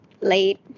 late